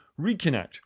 reconnect